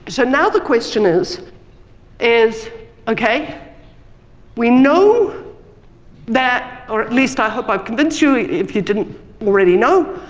so now the question is is okay we know that, or at least i hope ah convinced you if you didn't already know,